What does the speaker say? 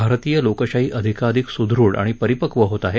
भारतीय लोकशाही अधिकाधिक सदृढ आणि परिपक्व होत आहे